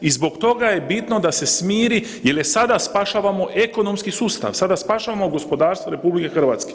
I zbog toga je bitno da se smiri jel sada spašavamo ekonomski sustav, sada spašavamo gospodarstvo RH.